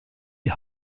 die